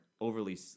overly